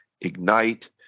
ignite